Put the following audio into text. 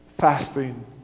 fasting